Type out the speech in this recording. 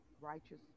righteous